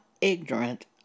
ignorant